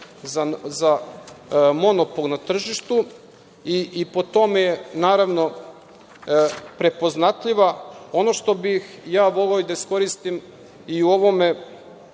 za monopol na tržištu. Po tome je naravno prepoznatljiva. Ono što bih voleo da iskoristim u ovoj